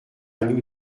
nous